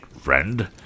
friend